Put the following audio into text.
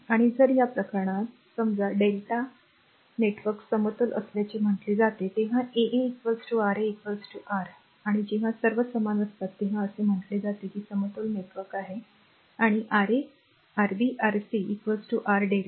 आणि जर या प्रकरणात जर समजा Δ आणि नेटवर्क समतोल असल्याचे म्हटले जाते आणि जेव्हा a a R a R आणि जेव्हा सर्व समान असतात तेव्हा असे म्हटले जाते की समतोल नेटवर्क आहे आणि Ra Rb Rc R lrmΔ